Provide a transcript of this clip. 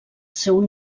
seu